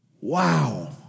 Wow